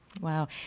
Wow